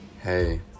hey